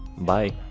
bye